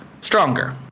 stronger